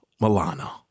Milano